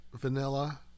vanilla